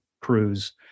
crews